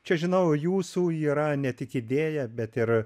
čia žinau jūsų yra ne tik idėja bet ir